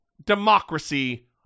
democracy